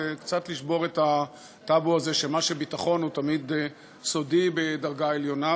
וקצת לשבור את הטבו הזה שמה שהוא ביטחון הוא תמיד סודי בדרגה עליונה.